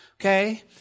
Okay